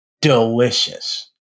delicious